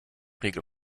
riegel